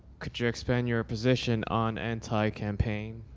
could you expand your position on anti campaign?